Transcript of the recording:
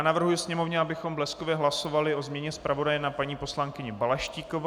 Navrhuji Sněmovně, abychom bleskově hlasovali o změně zpravodaje na paní poslankyni Balaštíkovou.